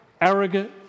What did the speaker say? arrogant